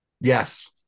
Yes